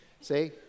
See